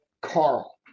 Carl